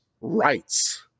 rights